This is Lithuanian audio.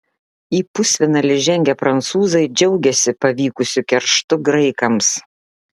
į pusfinalį žengę prancūzai džiaugiasi pavykusiu kerštu graikams